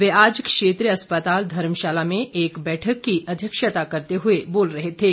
वे आज क्षेत्रीय अस्पताल धर्मशाला में एक बैठक की अध्यक्षता करते हुए बोल रहे थे